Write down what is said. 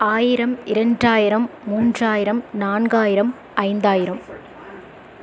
ஆயிரம் இரண்டாயிரம் மூன்றாயிரம் நான்காயிரம் ஐந்தாயிரம்